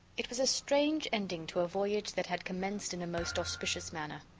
it was a strange ending to a voyage that had commenced in a most auspicious manner.